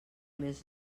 més